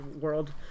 world